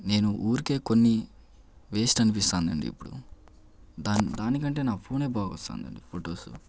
నేను ఊరికే కొని వేస్ట్ అనిపిస్తుంది అండి ఇప్పుడు దానికంటే నా ఫోనే బాగా వస్తుందండి ఫొటోస్